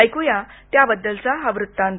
ऐक्या त्याबद्दलचा हा वृत्तांत